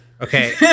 Okay